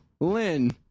Lynn